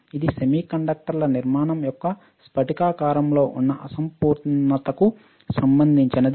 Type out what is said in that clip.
ఇది సెమీకండక్టర్ల నిర్మాణం యొక్క స్ఫటికాకారంలో ఉన్న అసంపూర్ణతకు సంబంధించినది కావచ్చు